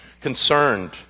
concerned